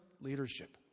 leadership